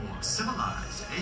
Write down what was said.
civilized